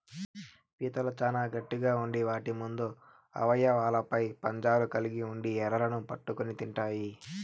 పీతలు చానా గట్టిగ ఉండి వాటి ముందు అవయవాలపై పంజాలు కలిగి ఉండి ఎరలను పట్టుకొని తింటాయి